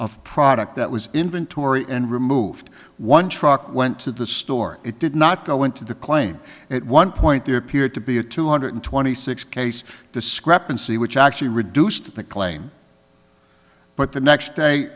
of product that was inventory and removed one truck went to the store it did not go into the claim at one point there appeared to be a two hundred twenty six case discrepancy which actually reduced the claim but the next day